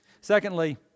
secondly